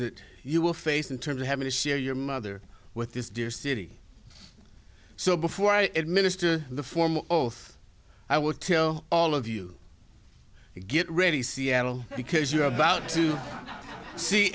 that you will face in terms of having to share your mother with this dear city so before i administer the form i will tell all of you to get ready seattle because you are about to see